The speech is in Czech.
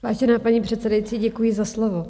Vážená paní předsedající, děkuji za slovo.